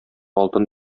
алтын